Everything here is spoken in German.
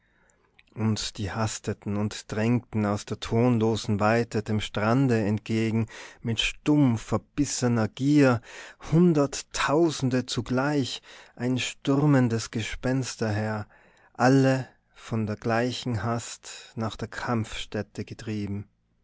und die hasteten und drängten aus der tonlosen weite dem strande entgegen mit stumm verbissener gier hunderttausende zugleich ein stürmendes gespensterheer alle von der gleichen hast nach der kampfstätte getrieben